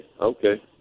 okay